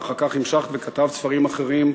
ואחר כך המשכת וכתבת ספרים אחרים,